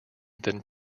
than